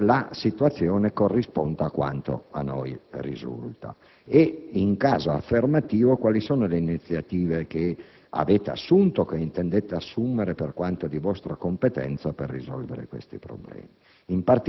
se la situazione corrisponde a quanto a noi risulta e, in caso affermativo, quali sono le iniziative che avete assunto o intendete assumere, per quanto di vostra competenza, per risolvere tali problemi.